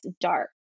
dark